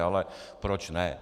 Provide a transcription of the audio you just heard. Ale proč ne.